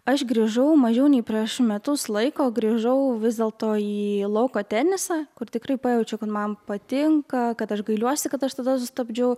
aš grįžau mažiau nei prieš metus laiko grįžau vis dėlto į lauko tenisą kur tikrai pajaučiau kad man patinka kad aš gailiuosi kad aš tada sustabdžiau